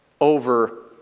over